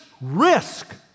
risk